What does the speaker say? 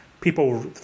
people